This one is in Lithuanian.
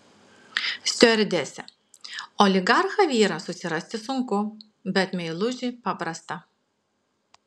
stiuardesė oligarchą vyrą susirasti sunku bet meilužį paprasta